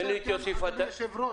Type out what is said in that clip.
אם אפשר אדוני היו"ר,